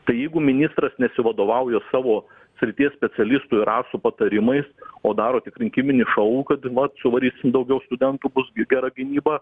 tai jeigu ministras nesivadovauja savo srities specialistų ir asų patarimais o daro tik rinkiminį šou kad vat suvarysim daugiau studentų gera gynyba